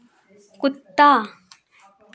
कुत्ता